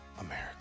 America